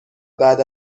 بعد